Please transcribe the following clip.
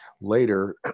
Later